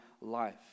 life